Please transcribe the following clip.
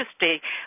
interesting